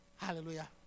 Hallelujah